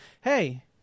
hey